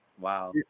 Wow